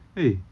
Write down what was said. eh